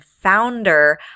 founder